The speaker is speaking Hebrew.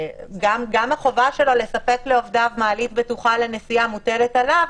גם החובה שלו לספק לעובדיו מעלית בטוחה לנסיעה מוטלת עליו,